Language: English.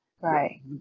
Right